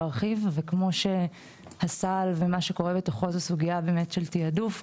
ארחיב וכמו שהסל ומה שקורה בתוכו זו סוגיה של תעדוף,